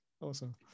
awesome